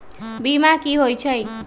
बीमा कि होई छई?